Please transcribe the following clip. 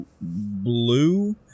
Blue